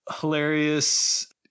hilarious